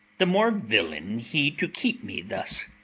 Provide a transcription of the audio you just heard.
the more villain he to keep me thus